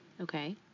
Okay